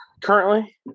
currently